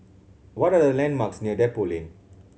what are the landmarks near Depot Lane